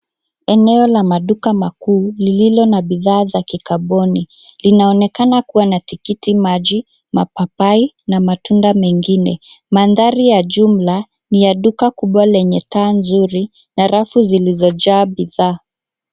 Eneo la maduka makuu lililo na bidhaa za kikampuni. Linaonekana kuwa na tikitimaji, mapapai na matunda mengine. Mandhari ya jumla ni ya duka kubwa lenye taa nzuri na rafu zilizojaa bidhaa.